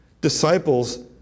Disciples